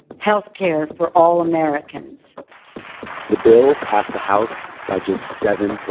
health care for all americans the bill passed the house by just seven